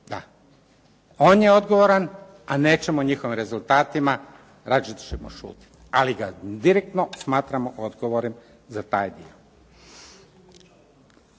Da, on je odgovoran, a nećemo o njihovim rezultatima, radije ćemo šutjeti. Ali ga direktno smatramo odgovornim za taj dio.